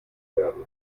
werden